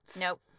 Nope